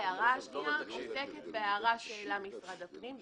ההערה השנייה עוסקת בהערה שהעלה משרד הפנים,